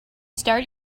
start